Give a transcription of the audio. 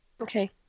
Okay